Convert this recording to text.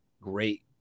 great